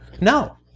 No